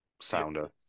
sounder